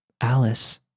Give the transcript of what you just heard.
Alice